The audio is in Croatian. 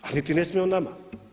A niti ne smije on nama.